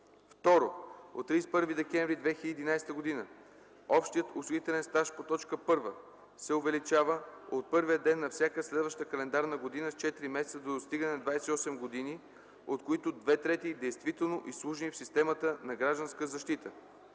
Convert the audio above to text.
2. от 31 декември 2011 г. – общият осигурителен стаж по т. 1 се увеличава от първия ден на всяка следваща календарна година с 4 месеца до достигане на 28 години, от които две трети действително изслужени в системата на гражданска защита.”